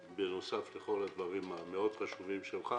בנוסף לכל הדברים המאוד חשובים שלך,